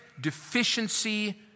deficiency